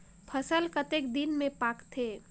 फसल कतेक दिन मे पाकथे?